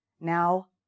Now